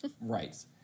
right